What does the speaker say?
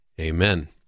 Amen